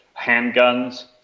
handguns